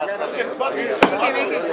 18:05.